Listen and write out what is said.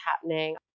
happening